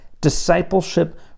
discipleship